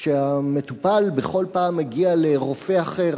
כשהמטופל בכל פעם מגיע לרופא אחר,